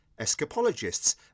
escapologists